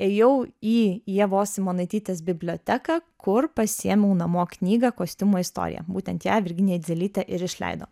ėjau į ievos simonaitytės biblioteką kur pasiėmiau namo knygą kostiumo istorija būtent ją virginija idzelytė ir išleido